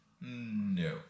No